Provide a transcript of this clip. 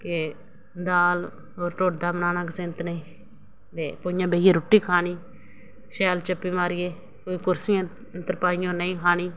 ते दाल होर ढोडा बनाना गसैंतने च ते भुंञां बेहियै रुट्टी खानी शैल चप्पी मारियै कोई कुर्सियां तरपाइयें पर नेईं खानी